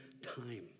time